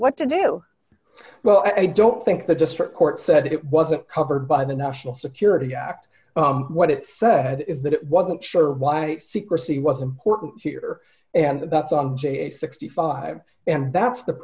what to do well i don't think the district court said it wasn't covered by the national security act what it said is that it wasn't sure why the secrecy was important here and that's on j sixty five and that's the